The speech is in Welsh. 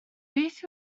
beth